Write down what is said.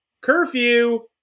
curfew